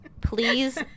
Please